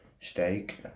steak